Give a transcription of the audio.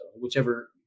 whichever